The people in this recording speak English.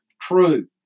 true